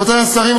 רבותי השרים,